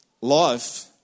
Life